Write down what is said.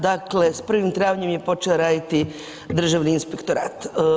Dakle, s 1. travnjem je počeo raditi Državni inspektorat.